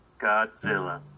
Godzilla